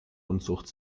unzucht